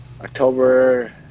October